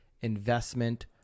investment